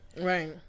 Right